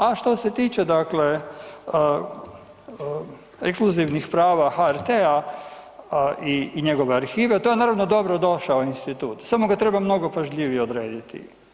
A što se tiče dakle ekskluzivnih prava HRT-a i njegove arhive to je naravno dobro došao institut samo ga treba mnogo pažljivije odrediti.